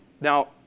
Now